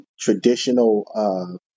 traditional